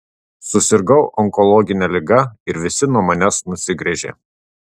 susirgau onkologine liga ir visi nuo manęs nusigręžė